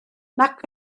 nac